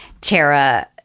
Tara